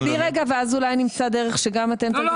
ואז אולי נמצא דרך שגם אתם --- לא,